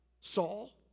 Saul